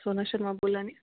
सोना शर्मा बोला नी